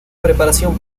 preparación